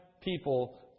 people